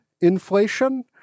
inflation